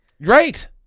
Right